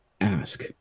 ask